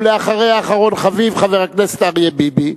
ואחריה, אחרון חביב, חבר הכנסת אריה ביבי.